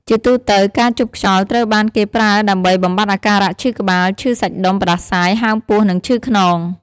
ជាទូទៅ ការជប់ខ្យល់ត្រូវបានគេប្រើដើម្បីបំបាត់អាការៈឈឺក្បាល ឈឺសាច់ដុំ ផ្តាសាយ ហើមពោះ និងឈឺខ្នង។